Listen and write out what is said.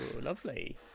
lovely